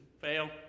fail